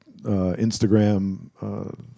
Instagram